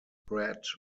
pratt